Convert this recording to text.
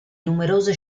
numerose